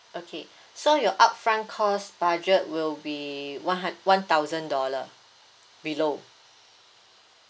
okay so your upfront cost budget will be one hun~ one thousand dollar below